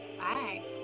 Bye